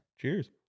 Cheers